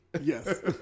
Yes